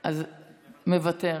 מוותר.